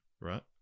right